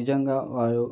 నిజంగా వారు